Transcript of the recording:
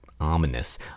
ominous